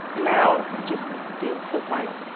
and now it just feels so final.